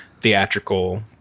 theatrical